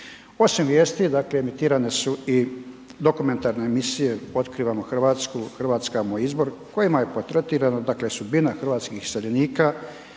Osim vijesti emitirane su i dokumentarne emisije „Otkrivamo Hrvatsku“, „Hrvatska je moj izbor“ kojima je portretirana sudbina hrvatskih iseljenika,